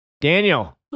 Daniel